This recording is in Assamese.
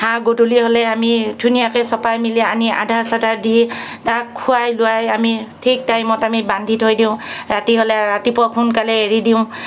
হাঁহ গধূলি হ'লে আমি ধুনীয়াকে চপাই মেলি আনি আধাৰ চাধাৰ দি তাক খুৱাই লুৱাই আমি ঠিক টাইমত আমি বান্ধি থৈ দিওঁ ৰাতি হ'লে ৰাতিপুৱা সোনকালে এৰি দিওঁ